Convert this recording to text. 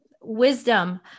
wisdom